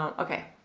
um okay,